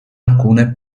alcune